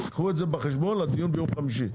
קחו את זה בחשבון לדיון ביום חמישי,